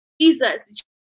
Jesus